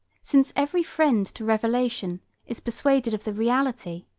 since every friend to revelation is persuaded of the reality,